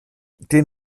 den